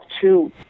two